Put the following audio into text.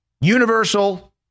universal